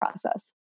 process